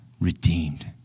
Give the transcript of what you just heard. redeemed